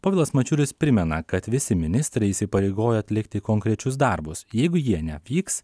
povilas mačiulis primena kad visi ministrai įsipareigojo atlikti konkrečius darbus jeigu jie nevyks